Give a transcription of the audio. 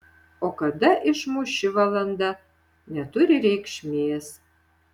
o kada išmuš ši valanda neturi reikšmės